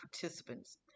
participants